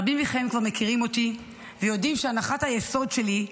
רבים מכם כבר מכירים אותי ויודעים שהנחת היסוד שלי,